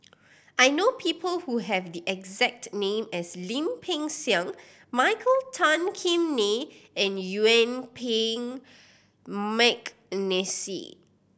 I know people who have the exact name as Lim Peng Siang Michael Tan Kim Nei and Yuen Peng McNeice